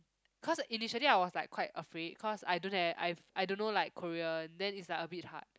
cause initially I was like quite afraid cause I don't have I've I don't know like Korean then is like a bit hard